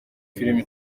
filime